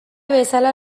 bezala